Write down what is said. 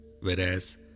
whereas